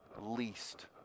least